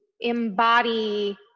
embody